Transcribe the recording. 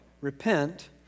Repent